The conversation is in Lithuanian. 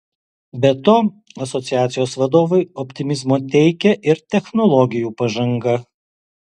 be to asociacijos vadovui optimizmo teikia ir technologijų pažanga